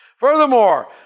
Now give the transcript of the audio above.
Furthermore